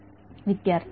विद्यार्थीः आपोआप